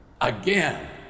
again